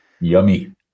yummy